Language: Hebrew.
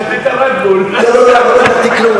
שתית "רדבול" לא לקחתי כלום,